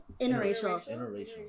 interracial